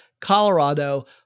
Colorado